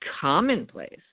commonplace